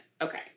okay